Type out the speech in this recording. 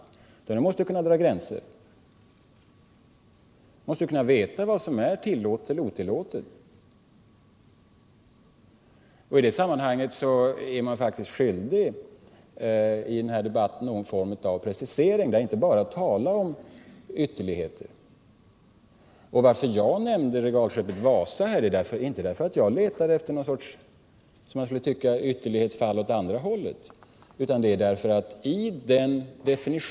Gränser måste kunna dras. Man måste veta vad som är tillåtet och inte tillåtet. I det sammanhanget är man faktiskt skyldig att i debatten komma med någon form av precisering och inte bara tala om ytterligheter. När jag nämnde regalskeppet Wasa letade jag inte efter ett, som jag skulle tycka, ytterlighetsfall åt andra hållet.